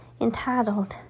entitled